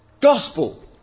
gospel